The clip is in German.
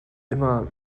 immer